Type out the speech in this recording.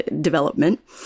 development